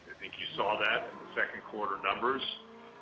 i think you saw that in the second quarter numbers.